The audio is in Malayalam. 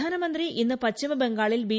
പ്രക്യാനമന്ത്രി ഇന്ന് പശ്ചിമബംഗാളിൽ ബി